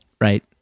right